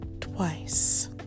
twice